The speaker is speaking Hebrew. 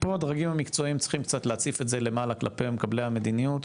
ופה הדרגים המקצועיים צריכים להציף את זה למעלה למקבלי המדיניות,